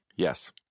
Yes